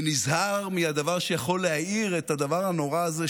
ונזהר מהדבר שיכול להעיר את הדבר הנורא הזה,